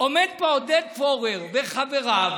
עומדים פה עודד פורר וחבריו